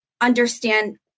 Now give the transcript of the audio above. understand